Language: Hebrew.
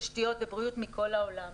תשתיות ובריאות מכל העולם.